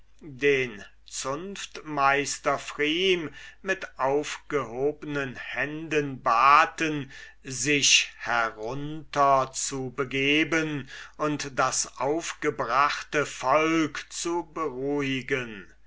den zunftmeister pfrieme mit aufgehabnen händen baten sich herunter zu begeben und das aufgebrachte volk zu beruhigen